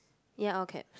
ya all caps